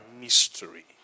mystery